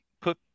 put